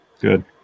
Good